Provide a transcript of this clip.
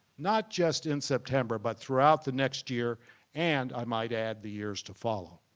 not just in september, but throughout the next year and, i might add, the years to follow.